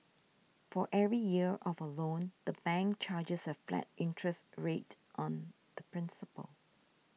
for every year of a loan the bank chargers a flat interest rate on the principal